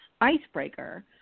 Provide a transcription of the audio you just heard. icebreaker